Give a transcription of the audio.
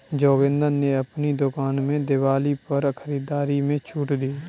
जोगिंदर ने अपनी दुकान में दिवाली पर खरीदारी में छूट दी